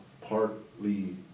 partly